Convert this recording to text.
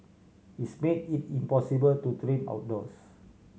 it's made it impossible to train outdoors